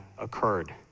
occurred